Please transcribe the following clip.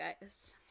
guys